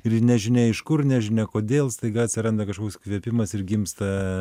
ir nežinia iš kur nežinia kodėl staiga atsiranda kažkoks įkvėpimas ir gimsta